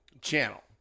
channel